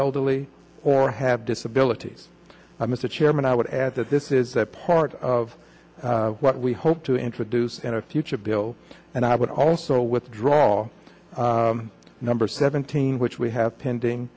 elderly or have disabilities i mr chairman i would add that this is a part of what we hope to introduce in a future bill and i would also withdraw the number seventeen which we have pending